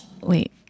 Wait